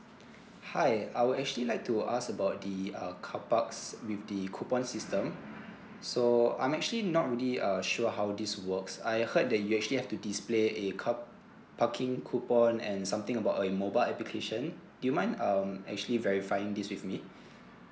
hi I would actually like to ask about the uh carparks with the coupon system so I'm actually not really uh sure how this works I heard that you actually have to display a car parking coupon and something about a mobile application do you mind um actually verifying this with me